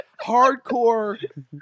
hardcore